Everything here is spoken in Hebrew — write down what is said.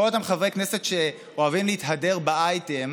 כל אותם חברי כנסת שאוהבים להתהדר באייטם,